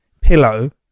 pillow